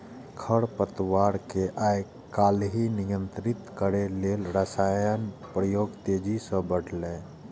खरपतवार कें आइकाल्हि नियंत्रित करै लेल रसायनक प्रयोग तेजी सं बढ़लैए